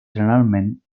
generalment